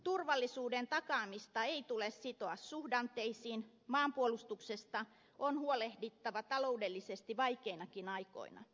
turvallisuuden takaamista ei tule sitoa suhdanteisiin maanpuolustuksesta on huolehdittava taloudellisesti vaikeinakin aikoina